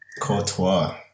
Courtois